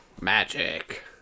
Magic